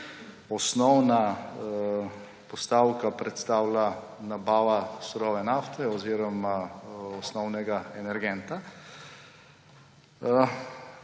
osnovna postavka predstavlja nabavo surove nafte oziroma osnovnega energenta